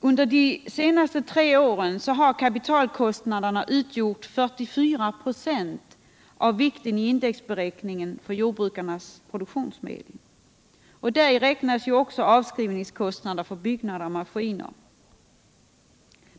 Under de senaste tre åren har kapitalkostnaderna utgjort 44 96 av vikten i indexberäkningen för jordbrukarnas produktionsmedel, och däri räknas också avskrivningskostnader för byggnader och maskiner.